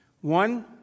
One